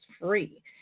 free